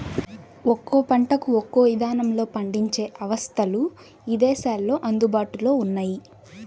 ఒక్కో పంటకు ఒక్కో ఇదానంలో పండించే అవస్థలు ఇదేశాల్లో అందుబాటులో ఉన్నయ్యి